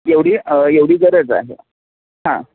एवढी एवढी गरज आहे हां